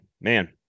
man